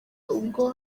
ubwo